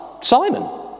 Simon